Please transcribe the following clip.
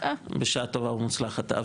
בשעה טובה ומוצלחת.